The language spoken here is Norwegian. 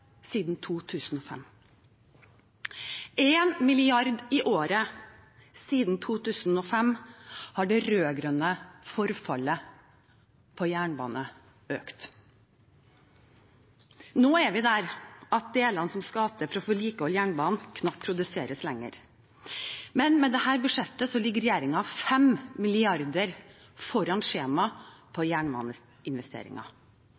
siden 2005 – 1 mrd. kr i året siden 2005 har det rød-grønne forfallet på jernbanen økt. Nå er vi der at delene som skal til for å vedlikeholde jernbanen, knapt produseres lenger. Med dette budsjettet ligger regjeringen 5 mrd. kr foran skjema